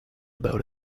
about